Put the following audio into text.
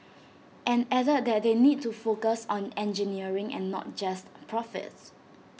and added that they need to focus on engineering and not just profits